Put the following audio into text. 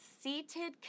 seated